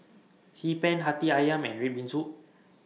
Hee Pan Hati Ayam and Red Bean Soup